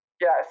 Yes